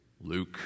Luke